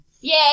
Yay